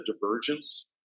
divergence